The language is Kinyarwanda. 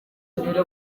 imbere